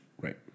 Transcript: Right